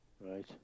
Right